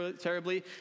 terribly